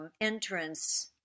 entrance